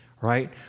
right